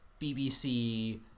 BBC